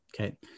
okay